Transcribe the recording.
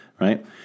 right